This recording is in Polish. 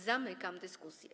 Zamykam dyskusję.